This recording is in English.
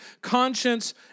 conscience